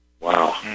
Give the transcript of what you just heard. Wow